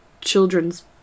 children's